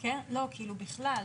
בכלל.